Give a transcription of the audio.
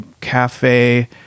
cafe